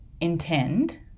intend